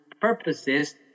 purposes